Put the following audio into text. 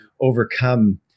overcome